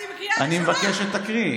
כן,